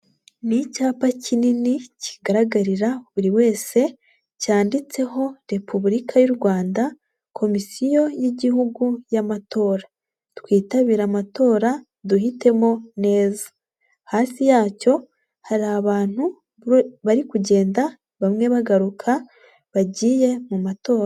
Ni icyapa kinini kigaragarira buri wese cyanditseho Repubulika y'u Rwanda komisiyo y'igihugu y'amatora, twitabire amatora duhitemo neza, hasi yacyo hari abantu bari kugenda bamwe bagaruka bagiye mu matora.